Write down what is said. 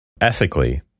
ethically